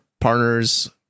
partners